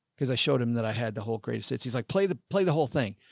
cause i showed him that i had the whole greatest hits. he's like, play the play the whole thing.